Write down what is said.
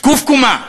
זקוף קומה,